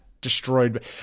destroyed